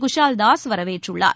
குஷால்தாஸ் வரவேற்றுள்ளார்